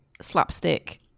slapstick